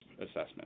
assessment